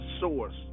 source